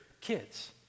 kids